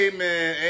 Amen